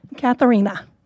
Katharina